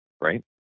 right